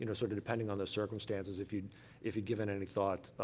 you know sort of depending on those circumstances if you'd if you'd given any thought,